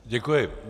Děkuji.